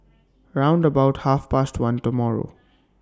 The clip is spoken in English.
round about Half Past one tomorrow